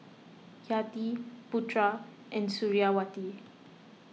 Yati Putra and Suriawati